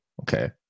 Okay